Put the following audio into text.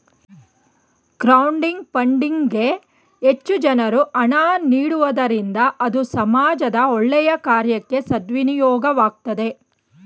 crowding funding ಗೆ ಹೆಚ್ಚು ಜನರು ಹಣ ನೀಡುವುದರಿಂದ ಅದು ಸಮಾಜದ ಒಳ್ಳೆಯ ಕಾರ್ಯಕ್ಕೆ ಸದ್ವಿನಿಯೋಗವಾಗ್ತದೆ